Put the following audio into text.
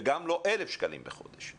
וגם לא 1,000 ₪ בחודש.